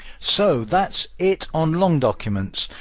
so that's it on long documents.